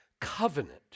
covenant